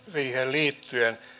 liittyen